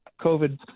COVID